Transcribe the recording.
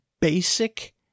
basic